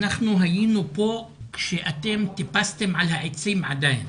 אנחנו היינו פה כשאתם טיפסתם על העצים עדיין.